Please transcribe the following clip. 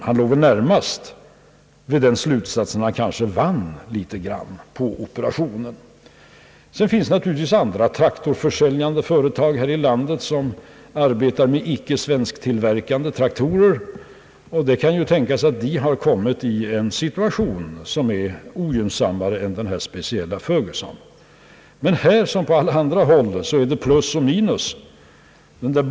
Han var nog närmast av den meningen att han vann något. Det finns naturligtvis även andra traktorförsäljande företag här i landet som arbetar med icke svensktillverkade traktorer. Det kan tänkas att dessa har kommit i en ogynnsammare situation än vad som uppstått för Ferguson. Men här som på alla andra områden får man räkna med både plus och minus.